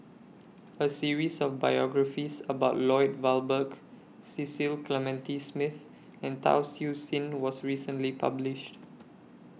A series of biographies about Lloyd Valberg Cecil Clementi Smith and Tan Siew Sin was recently published